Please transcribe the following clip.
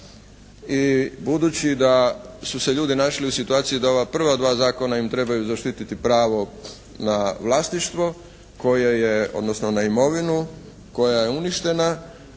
I budući da su se ljudi našli u situaciji da ova prva dva zakona im trebaju zaštiti pravo na vlasništvo koje je, odnosno na imovinu koja je uništena